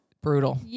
Brutal